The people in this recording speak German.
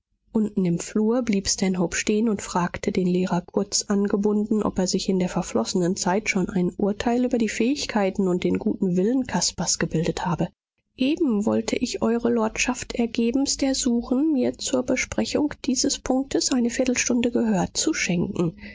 unten im flur blieb stanhope stehen und fragte den lehrer kurz angebunden ob er sich in der verflossenen zeit schon ein urteil über die fähigkeiten und den guten willen caspars gebildet habe eben wollte ich eure lordschaft ergebenst ersuchen mir zur besprechung dieses punktes eine viertelstunde gehör zu schenken